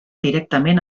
directament